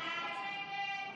ההסתייגות